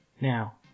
Now